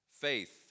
faith